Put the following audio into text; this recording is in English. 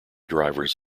drivers